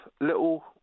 little